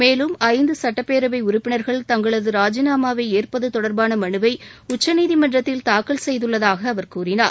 மேலும் ஐந்து சட்டப்பேரவை உறுப்பினர்கள் தங்களது ராஜினாமாவை ஏற்பது தொடர்பான மனுவை உச்சநீதிமன்றத்தில் தாக்கல் செய்துள்ளதாக அவர் கூறினார்